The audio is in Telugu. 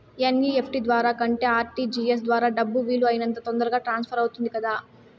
ఎన్.ఇ.ఎఫ్.టి ద్వారా కంటే ఆర్.టి.జి.ఎస్ ద్వారా డబ్బు వీలు అయినంత తొందరగా ట్రాన్స్ఫర్ అవుతుంది కదా